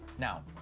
now,